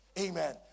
Amen